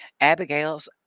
abigail's